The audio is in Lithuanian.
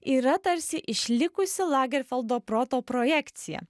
yra tarsi išlikusi lagerfeldo proto projekcija